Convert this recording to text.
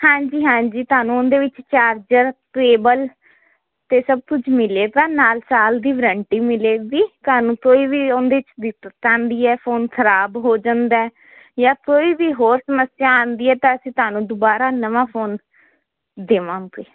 ਹਾਂਜੀ ਹਾਂਜੀ ਤੁਹਾਨੂੰ ਉਹਦੇ ਵਿੱਚ ਚਾਰਜਰ ਕੇਬਲ ਤੇ ਸਭ ਕੁਝ ਮਿਲੇਗਾ ਨਾਲ ਸਾਲ ਦੀ ਵਰੰਟੀ ਮਿਲੇਗੀ ਤੁਹਾਨੂੰ ਕੋਈ ਵੀ ਉਹਦੇ 'ਚ ਦਿੱਕਤ ਆਉਂਦੀ ਆ ਫੋਨ ਖਰਾਬ ਹੋ ਜਾਂਦਾ ਜਾਂ ਕੋਈ ਵੀ ਹੋਰ ਸਮੱਸਿਆ ਆਉਂਦੀ ਹੈ ਤਾਂ ਅਸੀਂ ਤੁਹਾਨੂੰ ਦੁਬਾਰਾ ਨਵਾਂ ਫੋਨ ਦੇਵਾਂਗੇ